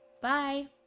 Bye